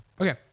Okay